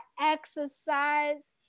exercise